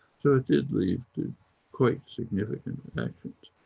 so it did lead to quite significant actions.